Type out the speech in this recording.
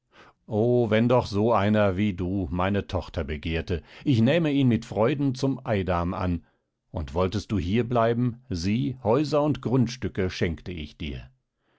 o wenn doch so einer wie du meine tochter begehrte ich nähme ihn mit freuden zum eidam an und wolltest du hier bleiben sieh häuser und grundstücke schenkte ich dir